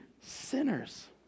sinners